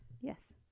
Yes